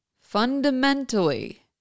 fundamentally